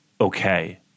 okay